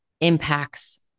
impacts